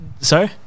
Sorry